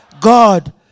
God